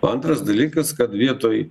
antras dalykas kad vietoj